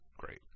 Great